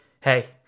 Hey